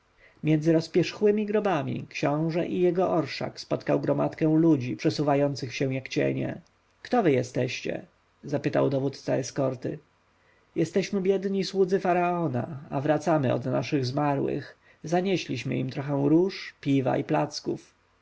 między rozpierzchłemi grobami książę i jego orszak spotkał gromadkę ludzi przesuwających się jak cienie kto wy jesteście zapytał dowódca eskorty jesteśmy biedni słudzy faraona a wracamy od naszych zmarłych zanieśliśmy im trochę róż piwa i placków